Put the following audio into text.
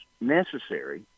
necessary